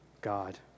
God